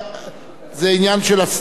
הצעת חוק בתי-הדין הדרוזיים, הבנתי.